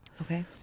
Okay